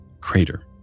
crater